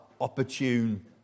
Opportune